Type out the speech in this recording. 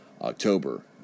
October